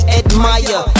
admire